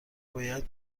باید